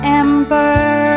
ember